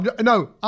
no